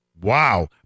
wow